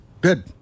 good